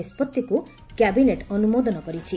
ନିଷ୍ପଭିକୁ କ୍ୟାବିନେଟ୍ ଅନୁମୋଦନ କରିଛି